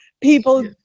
people